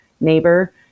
neighbor